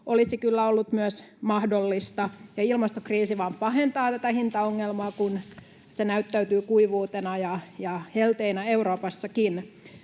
olisi kyllä ollut myös mahdollista. Ilmastokriisi vain pahentaa tätä hintaongelmaa, kun se näyttäytyy kuivuutena ja helteinä Euroopassakin.